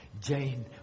Jane